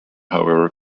however